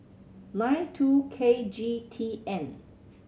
nine two K G T N